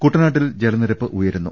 കുട്ടനാട്ടിൽ ജലനിരപ്പ് ഉയരുന്നു